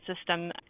system